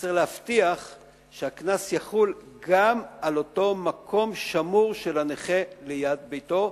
וצריך להבטיח שהקנס יחול גם על אותו מקום שמור של הנכה ליד ביתו,